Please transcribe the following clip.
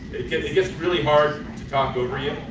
it gets it gets really hard to talk over you.